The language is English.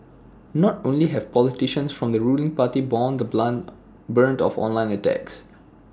not only have politicians from the ruling party borne the bland brunt of online attacks